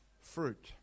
fruit